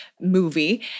movie